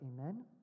Amen